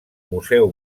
museu